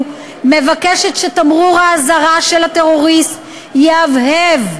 מבקשת שתמרור האזהרה של הטרוריסט יהבהב,